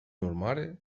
urmare